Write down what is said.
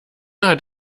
hat